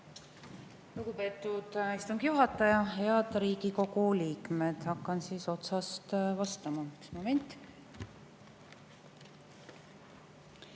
Lugupeetud istungi juhataja! Head Riigikogu liikmed! Hakkan otsast vastama. Üks moment!